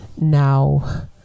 Now